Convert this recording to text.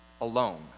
alone